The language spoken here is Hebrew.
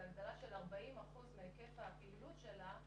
זו הגדלה של 40% מהיקף הפעילות שלה,